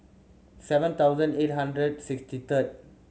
seven thousand eight hundred sixty third